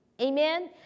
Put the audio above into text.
Amen